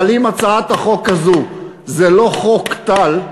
אבל אם הצעת החוק הזו זה לא חוק טל,